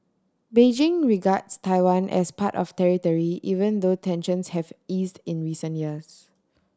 Beijing regards Taiwan as part of territory even though tensions have eased in recent years